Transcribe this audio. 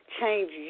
change